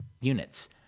units